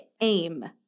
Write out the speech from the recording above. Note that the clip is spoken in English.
AIM